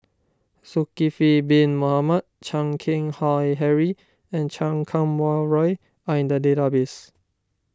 Zulkifli Bin Mohamed Chan Keng Howe Harry and Chan Kum Wah Roy are in the database